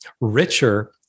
richer